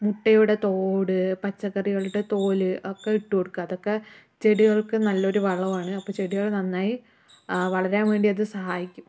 മുട്ടയുടെ തോട് പച്ചക്കറികളുടെ തോല് ഒക്കെ ഇട്ടു കൊടുക്കുക അതൊക്കെ ചെടികൾക്ക് നല്ലൊരു വളമാണ് അപ്പം ചെടികൾ നന്നായി വളരാൻ വേണ്ടി അത് സഹായിയ്ക്കും